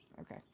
Okay